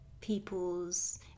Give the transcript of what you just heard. People's